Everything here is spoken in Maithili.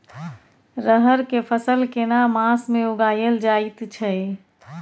रहर के फसल केना मास में उगायल जायत छै?